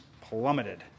plummeted